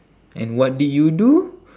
and what did you do